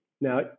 Now